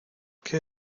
qué